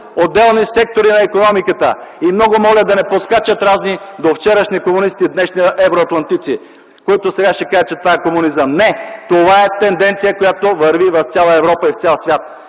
отделни сектори на икономиката. (Реплика от КБ.) Много моля да не подскачат разни довчерашни комунисти, днешни евроатлантици, които сега ще кажат, че това е комунизъм – не, това е тенденция, която върви в цяла Европа и в цял свят.